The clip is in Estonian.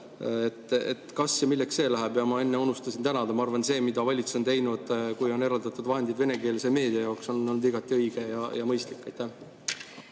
Milleks see raha läheb? Ja ma enne unustasin tänada. Ma arvan, et see, mida valitsus on teinud, eraldades vahendeid venekeelse meedia jaoks, on olnud igati õige ja mõistlik.